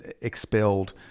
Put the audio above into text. expelled